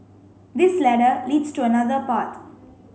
this ladder leads to another path